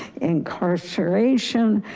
incarceration,